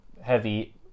heavy